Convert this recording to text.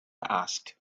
asked